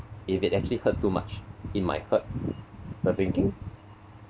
if it actually hurts too much it might hurt the thinking